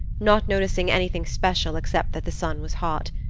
not noticing anything special except that the sun was hot.